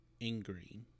angry